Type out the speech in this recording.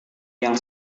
yang